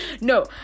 no